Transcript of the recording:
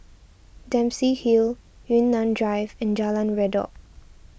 Dempsey Hill Yunnan Drive and Jalan Redop